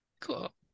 Cool